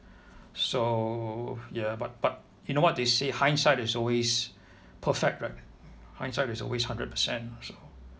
so ya but but you know what they say hindsight is always perfect right hindsight is always hundred percent so